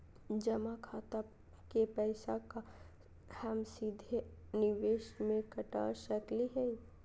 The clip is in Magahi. जमा खाता के पैसा का हम सीधे निवेस में कटा सकली हई?